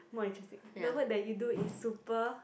more interesting the work that you do is super